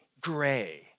gray